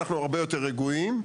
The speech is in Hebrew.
יותר רגועים.